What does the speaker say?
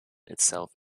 itself